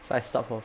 so I stop for